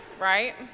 right